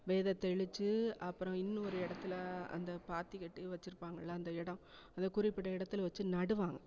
வித தெளித்து அப்புறம் இன்னொரு இடத்துல அந்த பாத்திக்கட்டி வச்சிருப்பாங்கள அந்த இடம் அந்த குறிப்பிட்ட இடத்துல வச்சு நடுவாங்க